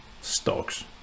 stocks